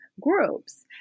Groups